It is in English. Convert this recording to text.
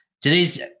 today's